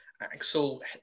Axel